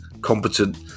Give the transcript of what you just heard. competent